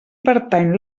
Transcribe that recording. pertany